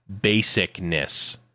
basicness